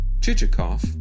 Chichikov